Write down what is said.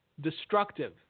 destructive